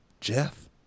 Jeff